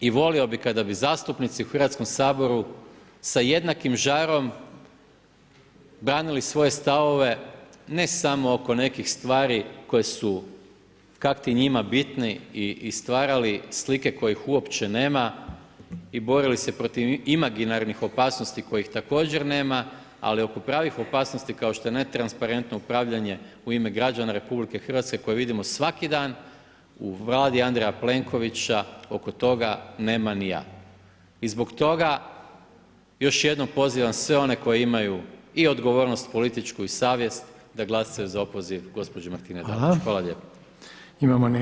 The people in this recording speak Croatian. I volio bih kada bi zastupnici u Hrvatskom saboru sa jednakim žarom branili svoje stavove, ne samo oko nekih stvari koje su kakti njima bitni i stvarali slike kojih uopće nema i borili se protiv imaginarnih opasnosti kojih također nema, ali oko pravih opasnosti kao što je netransparentno upravljanje u ime građana RH koje vidimo svaki dan u vladi Andreja Plenkovića oko toga nema ni a. I zbog toga još jednom pozivam sve one koji imaju i odgovornost političku i savjest da glasaju za opoziv gospođe Martine Dalić.